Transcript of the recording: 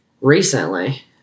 recently